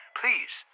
please